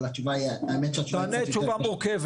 אבל האמת היא שהתשובה --- תענה תשובה מורכבת,